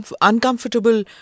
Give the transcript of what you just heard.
uncomfortable